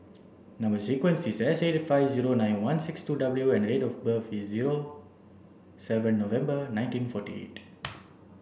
number sequence is S eight five zero nine one six two W and date of birth is seven November nineteen forty eight